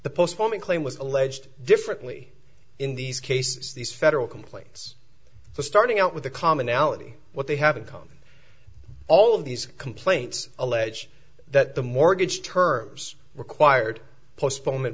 the postponement claim was alleged differently in these cases these federal complaints starting out with the commonality what they have in common all of these complaints allege that the mortgage terms required postpone